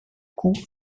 coup